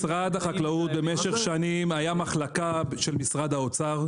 משרד החקלאות במשך שנים היה מחלקה של משרד האוצר,